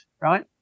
right